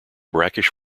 brackish